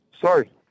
Sorry